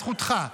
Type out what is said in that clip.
זאת זכותך,